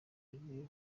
agiye